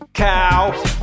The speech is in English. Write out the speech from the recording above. Cow